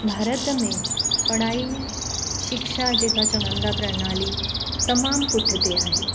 भारत में पढ़ाई शिक्षा जेका चवनि था प्रणाली तमामु पुठिते आहे